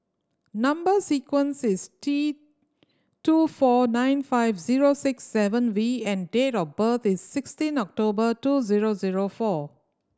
number sequence is T two four nine five zero six seven V and date of birth is sixteen October two zero zero four